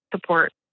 support